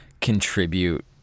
contribute